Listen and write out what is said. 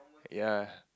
ya